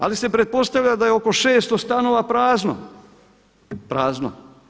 Ali se pretpostavlja da je oko 600 stanova prazno, prazno.